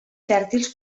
fèrtils